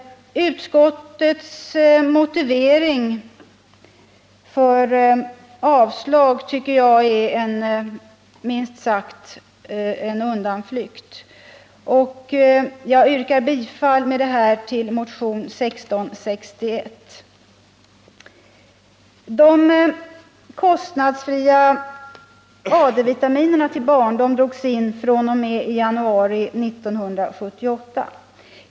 Utskottets motivering för avslag är minst sagt en undanflykt, tycker jag. Jag yrkar med det här bifall till motionen 1661. De kostnadsfria AD-vitaminerna till barn drogs in fr.o.m. januari 1978.